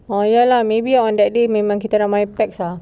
oh ya lah maybe on that day memang kita ramai pax